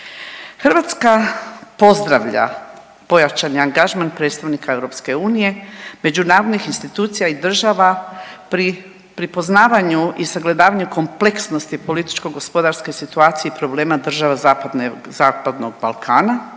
Hrvatska pozdravlja pojačani angažman predstavnika EU, međunarodnih institucija i država pri poznavanju i sagledavanju kompleksnosti političko-gospodarske situacije i problema država zapadnog Balkana,